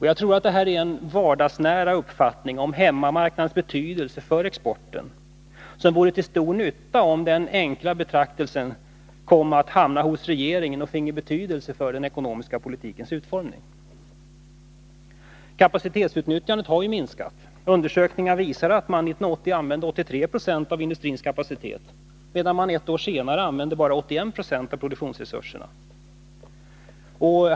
Jag tror att denna vardagsnära uppfattning om hemmamarknadens betydelse för exporten vore till stor nytta, om den förankrades hos regeringen och fick betydelse för den ekonomiska politikens utformning. Kapacitetsutnyttjandet har minskat. Undersökningar visar att man 1980 använde 83 70 av industrins kapacitet, medan man ett år senare använde bara 81 20 av produktionsresurserna.